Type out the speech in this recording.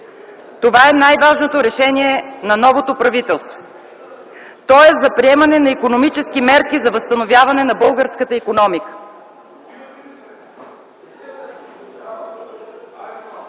Това е най-важното решение на новото правителство. То е за приемане на икономически мерки за възстановяване на българската икономика.